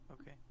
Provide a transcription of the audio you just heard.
Okay